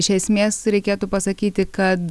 iš esmės reikėtų pasakyti kad